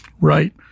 right